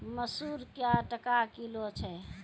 मसूर क्या टका किलो छ?